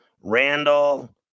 Randall